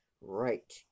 Right